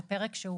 זה פרק שהוא